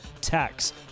tax